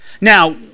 Now